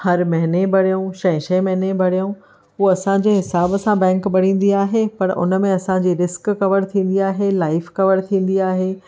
हर महिने भरियूं छह छह महीने भरियूं पोइ असांजे हिसाबु सां बैंक भरींदी आहे पर हुनमें असांजी रिस्क कवर थींदी आहे लाइफ कवर थींदी आहे